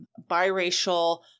biracial